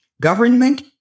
government